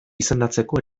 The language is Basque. izendatzeko